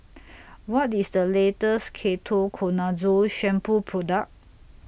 What IS The latest Ketoconazole Shampoo Product